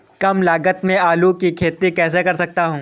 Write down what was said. कम लागत में आलू की खेती कैसे कर सकता हूँ?